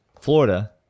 Florida